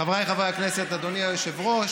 חבריי חברי הכנסת, אדוני היושב-ראש,